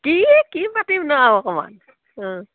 কি কি পাতিমনো আৰু অকণমান